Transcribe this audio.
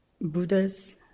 Buddha's